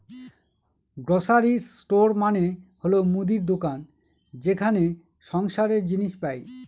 grocery store মানে হল মুদির দোকান যেখানে সংসারের জিনিস পাই